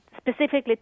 specifically